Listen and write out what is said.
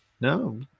No